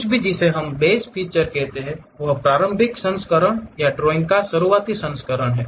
कुछ भी जिसे हम बेस फीचर कहते हैं वह प्रारंभिक संस्करण या ड्राइंग का शुरुआती संस्करण है